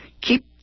Keep